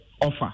offer